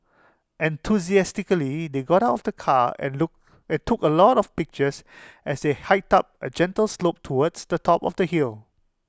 enthusiastically they got out of the car and look and took A lot of pictures as they hiked up A gentle slope towards the top of the hill